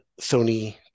Sony